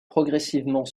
progressivement